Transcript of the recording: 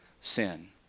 sin